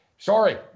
Sorry